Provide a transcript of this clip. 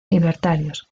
libertarios